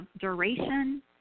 duration